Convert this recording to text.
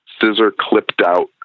scissor-clipped-out